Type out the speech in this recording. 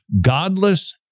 godless